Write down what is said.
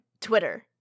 Twitter